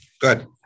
Good